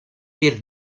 per